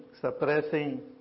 suppressing